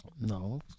No